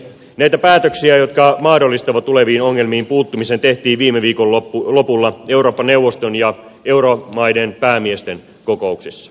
näitä päätöksiä jotka mahdollistavat tuleviin ongelmiin puuttumisen tehtiin viime viikon lopulla eurooppa neuvoston ja euromaiden päämiesten kokouksissa